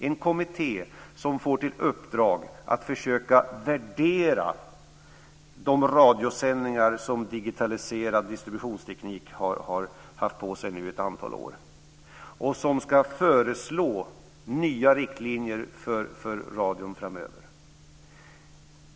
Den kommittén får till uppdrag att försöka värdera de radiosändningar som digitaliserad distributionsteknik har haft ett antal år på sig med och föreslå nya riktlinjer för radion framöver.